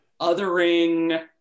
othering